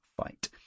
fight